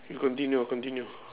you continue continue